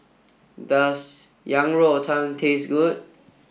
does Yang Rou Tang taste good